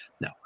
No